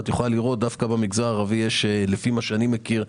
ואת יכולה לראות דווקא במגזר הערבי יש לפי מה שאני מכיר,